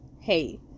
Hey